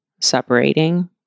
separating